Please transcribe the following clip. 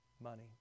money